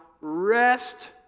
rest